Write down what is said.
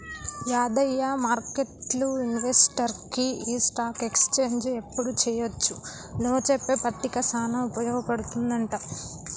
యాదయ్య మార్కెట్లు ఇన్వెస్టర్కి ఈ స్టాక్ ఎక్స్చేంజ్ ఎప్పుడు చెయ్యొచ్చు నో చెప్పే పట్టిక సానా ఉపయోగ పడుతుందంట